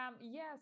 yes